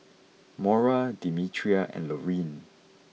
Maura Demetria and Lauryn